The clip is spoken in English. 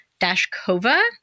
Dashkova